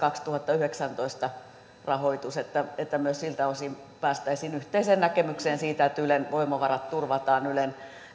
vuoden kaksituhattayhdeksäntoista rahoitus että että myös siltä osin päästäisiin yhteiseen näkemykseen siitä että ylen voimavarat turvataan että